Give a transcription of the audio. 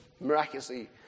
miraculously